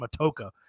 Matoka